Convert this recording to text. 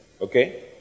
Okay